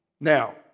Now